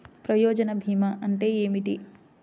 ప్రయోజన భీమా అంటే ఏమిటి?